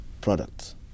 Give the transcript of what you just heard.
products